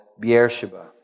Beersheba